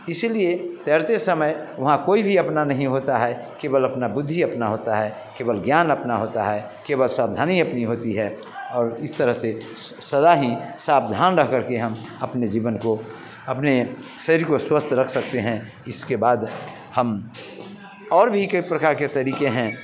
इसलिए तैरते समय वहाँ कोई भी अपना नहीं होता है केवल आपनी बुद्धी अपनी होती है केवल ज्ञान अपना होता है केवल सवधानी अपनी होती है और इस तरह से सदा ही सावधान रह करके हम अपने जीवन को अपने शरीर को स्वस्थ रख सकते हैं इसके बाद हम और भी कई प्रकार के तरीक़े हैं